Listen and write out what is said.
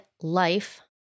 Life